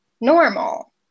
normal